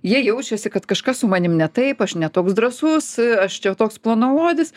jie jaučiasi kad kažkas su manim ne taip aš ne toks drąsus aš čia toks planaodis